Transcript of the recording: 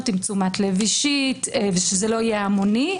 עם תשומת לב אישית ושזה לא יהיה המוני.